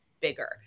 bigger